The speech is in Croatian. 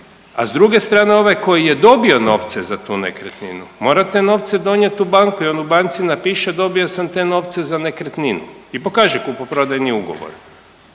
a s druge strane ovaj koji je dobio novce za tu nekretninu mora te novce donijet u banku i on u banci napiše dobio sam te novce za nekretninu i pokaže kupoprodajni ugovor.